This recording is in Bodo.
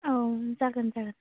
औ जागोन जागोन